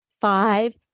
five